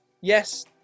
yes